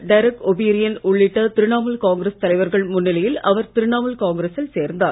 Derek O'Brien உள்ளிட்ட திரிணாமுல் காங்கிரஸ் தலைவர்கள் முன்னிலையில் அவர் திரிணாமுல் காங்கிரசில் சேர்ந்தார்